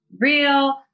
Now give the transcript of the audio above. real